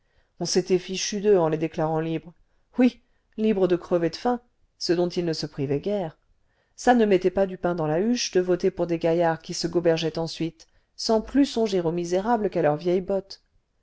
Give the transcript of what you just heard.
on s'était fichu d'eux en les déclarant libres oui libres de crever de faim ce dont ils ne se privaient guère ça ne mettait pas du pain dans la huche de voter pour des gaillards qui se gobergeaient ensuite sans plus songer aux misérables qu'à leurs vieilles bottes